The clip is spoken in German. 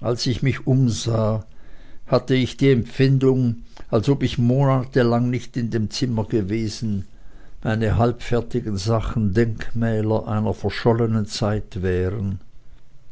als ich mich umsah hatte ich die empfindung als ob ich monatelang nicht in dem zimmer gewesen meine halbfertigen sachen denkmäler einer verschollenen zeit wären